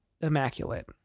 immaculate